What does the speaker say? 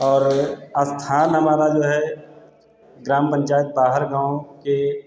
और स्थान हमारा जो है ग्राम पंचायत बाहर गाँव के